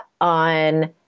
on